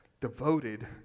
devoted